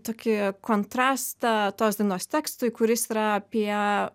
tokį kontrastą tos dainos tekstui kuris yra apie